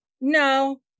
No